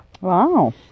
Wow